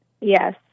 Yes